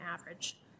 average